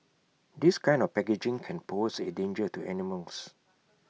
this kind of packaging can pose A danger to animals